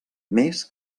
més